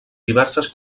diverses